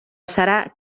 serà